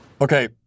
Okay